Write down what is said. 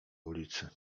ulicy